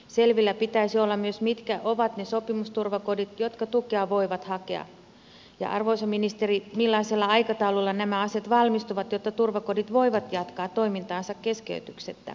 selvillä pitäisi olla myös mitkä ovat ne sopimusturvakodit jotka tukea voivat hakea ja arvoisa ministeri millaisella aikataululla nämä asiat valmistuvat jotta turvakodit voivat jatkaa toimintaansa keskeytyksettä